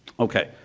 ok.